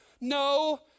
No